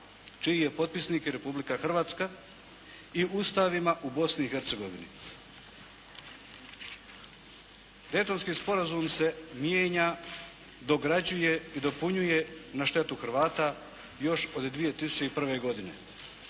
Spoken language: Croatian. čiji je potpisnik i Republika Hrvatska i …/Govornik se ne razumije./… u Bosni i Hercegovini. Daytonski sporazum se mijenja, dograđuje i dopunjuje na štetu Hrvata još od 2001. godine.